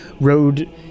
road